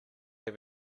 have